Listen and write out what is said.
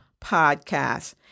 podcast